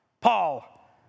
Paul